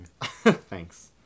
Thanks